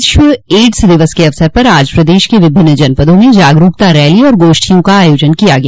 विश्व एड्स दिवस के अवसर पर आज प्रदेश के विभिन्न जनपदों में जागरूकता रैली और गोष्ठियों का आयोजन किया गया